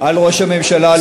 על ראש הממשלה להודיע לפני,